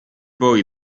poi